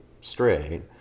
straight